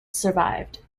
survived